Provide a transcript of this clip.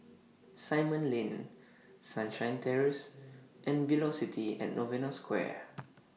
Simon Lane Sunshine Terrace and Velocity At Novena Square